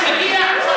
אני מצטער.